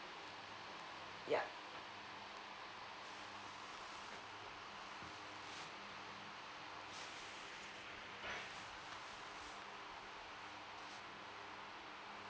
yeah